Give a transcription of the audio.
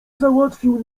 załatwił